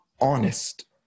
honest